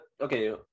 okay